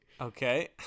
Okay